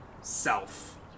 self